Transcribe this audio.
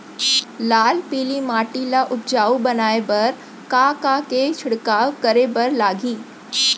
लाल पीली माटी ला उपजाऊ बनाए बर का का के छिड़काव करे बर लागही?